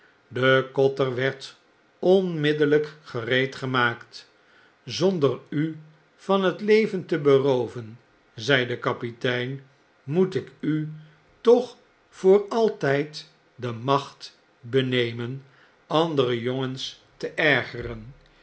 de kotter werd onmiddellgk gereedgemaakt zonder u van het leven te berooven zei de kapitein moet ik u toch voor altgd de macht benemen andere jongens te ergeren